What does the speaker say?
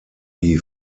die